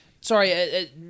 sorry